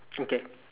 okay